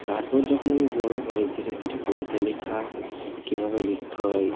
তারপর যখন আমি বড়ো হই ধীরে ধীরে কবিতা লেখা কিভাবে লিখতে হয়